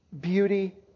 beauty